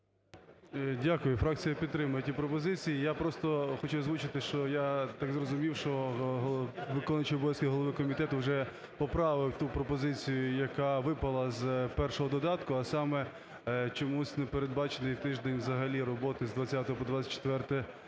Дякую. Фракція підтримує ці пропозиції. Я просто хочу озвучити, що я так зрозумів, що виконуючий обов'язки голови комітету вже поправив ту пропозицію, яка випала з першого додатку, а саме, чомусь не передбачений тиждень взагалі роботи з 20 по 24.11.